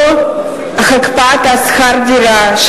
לא הקפאת שכר הדירה,